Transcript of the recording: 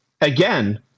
again